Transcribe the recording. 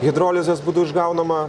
hidrolizės būdu išgaunama